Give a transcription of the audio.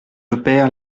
opère